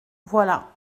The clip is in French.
voilà